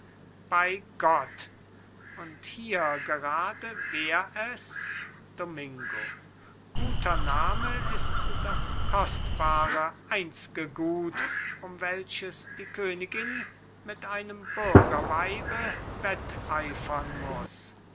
bei gott und hier gerade wär es domingo guter name ist das kostbare einzge gut um welches die königin mit einem bürgerweibe wetteifern muß